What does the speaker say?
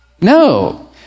No